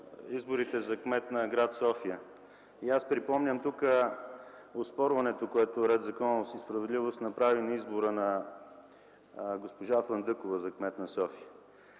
изборите за кмет на гр. София. И аз припомням тук оспорването, което „Ред, законност и справедливост” направи на избора на госпожа Фандъкова за кмет на София.